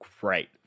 Great